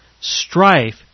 strife